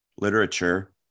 literature